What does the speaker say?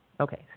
Okay